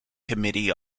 committee